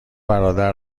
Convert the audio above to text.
برادر